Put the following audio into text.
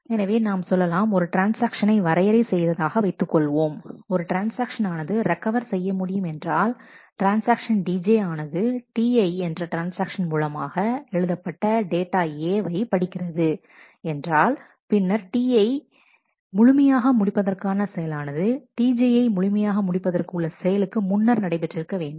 எனவே நாம் சொல்லலாம் ஒரு ட்ரான்ஸ்ஆக்ஷனை வரையறை செய்வதாக வைத்துக்கொள்வோம் ஒரு ட்ரான்ஸ்ஆக்ஷன் ஆனது ரெக்கவர் செய்ய முடியும் என்றால் ட்ரான்ஸ்ஆக்ஷன் Tj ஆனது Ti என்ற ட்ரான்ஸ்ஆக்ஷன்மூலமாக எழுதப்பட்ட டேட்டா A வை படிக்கிறது என்றால் பின்னர்Ti யை முழுமையாக முடிப்பதற்கான செயலானது Tj யை முழுமையாக முடிப்பதற்கு உள்ள செயலுக்கு முன்னர் நடைபெற்றிருக்க வேண்டும்